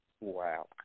Wow